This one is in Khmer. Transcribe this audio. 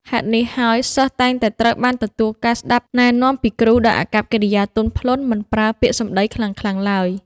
ហេតុនេះហើយសិស្សតែងតែត្រូវបានទទួលការស្ដាប់ណែនាំពីគ្រូដោយអាកប្បកិរិយាទន់ភ្លន់ មិនប្រើពាក្យសំដីខ្លាំងៗទ្បើយ។